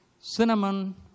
Cinnamon